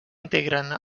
integren